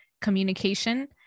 communication